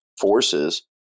forces